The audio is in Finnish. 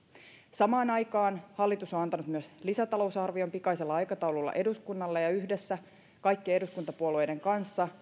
samaan aikaan hallitus on antanut myös lisätalousarvion pikaisella aikataululla eduskunnalle ja yhdessä kaikkien eduskuntapuolueiden kanssa